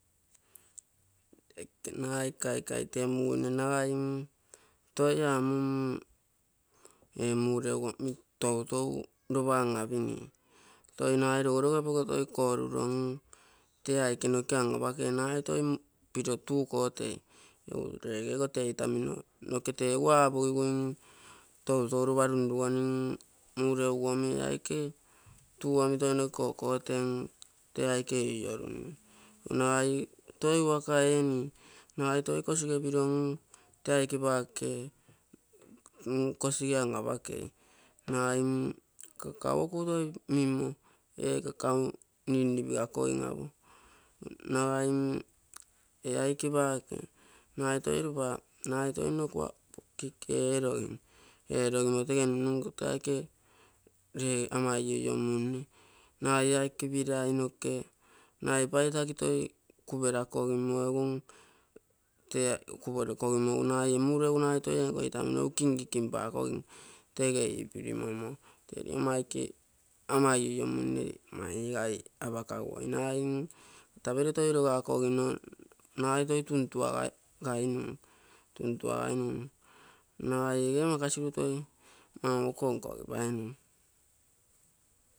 Tee aike nagai kaikai temuguine nagai mm toi among mureugu toutou ropa anapining, toi nagai toi piro tuu kotei. Egu rego ogo tee itamino noke lee egu apogigui toitou repa runrugonim, mureugu omi tee aike tuu omi toi noke kokotem. Tee aike iniorume. Nagai toi wake eeni, nagai toi piro kosige piro kosige piro mm tee waka anapakei. Nagai cocoa uuo kugemmtoi mimmo ee cocoa ninnipikogim apo, nagai mm ee aike paake nagai toi ropa kuago kick erogim, erogimo tege nunnung, noke aike lee ama mio munne nagai ee aike pilai noke, nagai ee paitaginke toi kuperakogimo, egu eemm kuporekogimo egu nagai ee mureugu toi ee itammo kinkikim pakogim. tege ipimmommo. Tee ligomma aike ama iniomunne mainigai apakaguoi, nagai katapere toi logakogino nagai toi tuntuagainun, nagai ego makasiru toi manto konkogipainung.